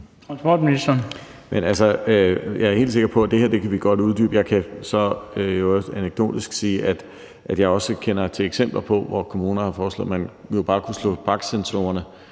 Men jeg er altså helt sikker på, at det her kan vi godt uddybe. Jeg kan så i øvrigt anekdotisk sige, at jeg også kender til eksempler på, at kommuner har foreslået, at man jo bare kunne slå baksensorerne